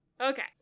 Okay